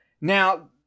now